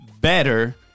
better –